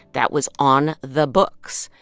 that was on the books.